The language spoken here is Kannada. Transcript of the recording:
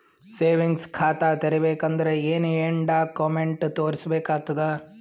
ಸೇವಿಂಗ್ಸ್ ಖಾತಾ ತೇರಿಬೇಕಂದರ ಏನ್ ಏನ್ಡಾ ಕೊಮೆಂಟ ತೋರಿಸ ಬೇಕಾತದ?